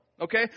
Okay